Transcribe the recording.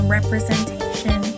Representation